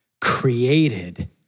Created